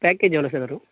package எவ்வளோ sir வரும்